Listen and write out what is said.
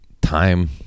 time